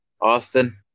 Austin